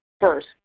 first